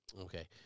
Okay